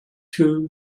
two